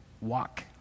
walk